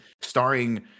starring